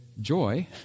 joy